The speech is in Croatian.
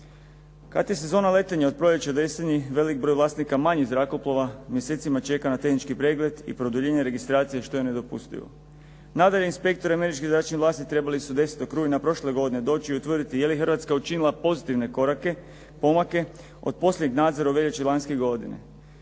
Kad je sezona letenja od proljeća do jeseni, velik broj vlasnika manjih zrakoplova mjesecima čeka na tehnički pregled i produljenje registracije, što je nedopustivo. Nadalje, inspektori američkih zračnih vlasti trebali su 10. rujna prošle godine doći i utvrditi je li Hrvatska učinila pozitivne korake, pomake od posljednjeg nadzora u veljači lanjske godine.